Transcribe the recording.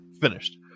finished